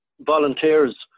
volunteers